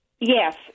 Yes